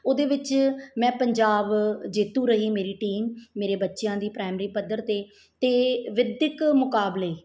ਉਹਦੇ ਵਿੱਚ ਮੈਂ ਪੰਜਾਬ ਜੇਤੂ ਰਹੀ ਮੇਰੀ ਟੀਮ ਮੇਰੇ ਬੱਚਿਆਂ ਦੀ ਪ੍ਰਾਇਮਰੀ ਪੱਧਰ 'ਤੇ ਅਤੇ ਵਿੱਦਿਅਕ ਮੁਕਾਬਲੇ